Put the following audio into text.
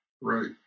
Right